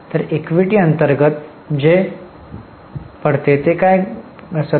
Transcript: तर इक्विटी अंतर्गत जे पडते ते काय घसरते